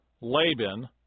Laban